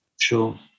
Sure